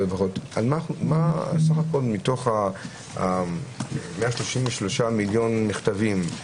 מה מתוך ה-133 מיליון מכתבים,